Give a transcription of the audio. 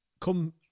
come